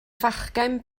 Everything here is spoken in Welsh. fachgen